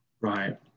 Right